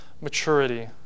maturity